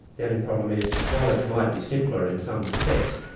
the only problem is, while it might be simpler in some respects,